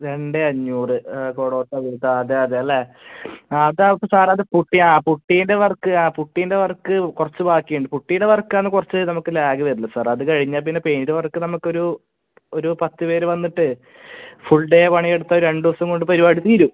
രണ്ട് അഞ്ഞൂറ് ആ അതെ അതെ അല്ലേ ആ അത് നമുക്ക് സാർ അത് പുട്ടിയാണ് പുട്ടീൻ്റെ വർക്ക് ആ പുട്ടീൻ്റെ വർക്ക് കുറച്ച് ബാക്കി ഉണ്ട് പുട്ടിയുടെ വർക്ക് ആണ് കുറച്ച് നമുക്ക് ലാഗ് വരുകയുള്ളൂ സാർ അത് കഴിഞ്ഞാൽ പിന്നെ പെയിൻ്റ് വർക്ക് നമുക്ക് ഒരു ഒരു പത്ത് പേര് വന്നിട്ട് ഫുൾ ഡേ പണി എടുത്താൽ രണ്ട് ദിവസം കൊണ്ട് പരിപാടി തീരും